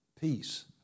peace